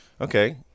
Okay